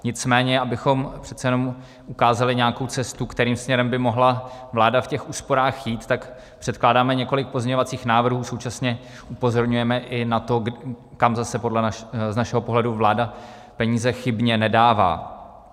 Nicméně abychom přece jenom ukázali nějakou cestu, kterým směrem by mohla vláda v těch úsporách jít, tak předkládáme několik pozměňovacích návrhů, současně upozorňujeme i na to, kam zase z našeho pohledu vláda peníze chybně nedává.